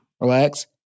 Relax